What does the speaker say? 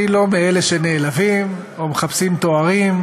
אני לא מאלה שנעלבים או מחפשים תארים,